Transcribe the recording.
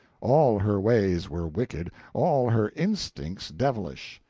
all her ways were wicked, all her instincts devilish.